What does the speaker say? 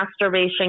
masturbation